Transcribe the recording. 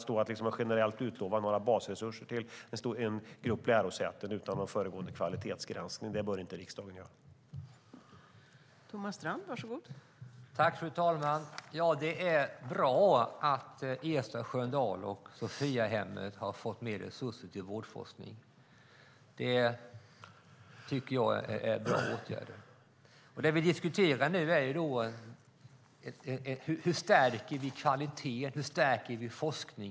Men att utlova generella basresurser till en grupp lärosäten utan föregående kvalitetsgranskning bör riksdagen inte göra.